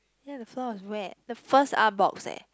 ya the floor was wet the first Artbox eh